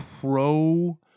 pro